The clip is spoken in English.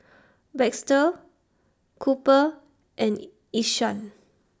Baxter Cooper and Ishaan